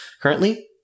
currently